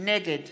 נגד